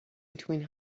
between